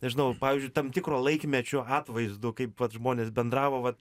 nežinau pavyzdžiui tam tikro laikmečio atvaizdo kaip vat žmonės bendravo vat